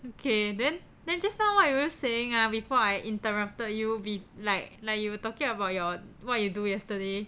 okay then then just now what were you saying ah before I interrupted you bef~ like like you were talking about your what you do yesterday